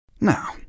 Now